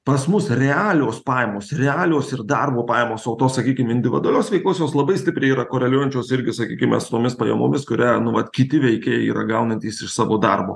pas mus realios pajamos realios ir darbo pajamos o tos sakykim individualios veiklos jos labai stipriai yra koreliuojančios irgi sakykime su tomis pajamomis kurią nu vat kiti veikėjai yra gaunantys iš savo darbo